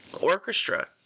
orchestra